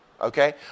Okay